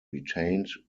retained